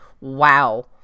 Wow